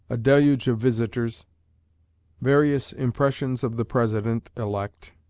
a deluge of visitors various impressions of the president-elect